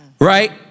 Right